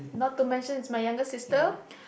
not to mention it's my younger sister